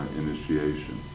initiation